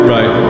Right